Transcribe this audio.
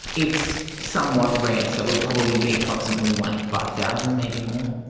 it's somewhat rare, so it would probably be approximately one in five thousand, maybe more.